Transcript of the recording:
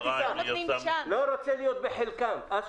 לא רוצה להיות בחלקם, אשי.